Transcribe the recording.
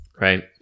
Right